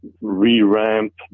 re-ramp